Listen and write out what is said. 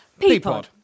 Peapod